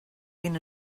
been